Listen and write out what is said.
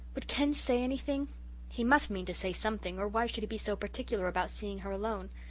would ken say anything he must mean to say something or why should he be so particular about seeing her alone?